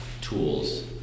tools